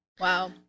Wow